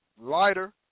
Lighter